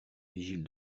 vigile